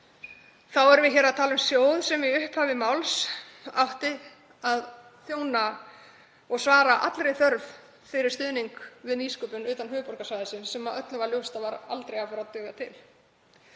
Þá erum við hér að tala um sjóð sem í upphafi máls átti að svara allri þörf fyrir stuðning við nýsköpun utan höfuðborgarsvæðisins sem öllum var ljóst að myndi aldrei duga til.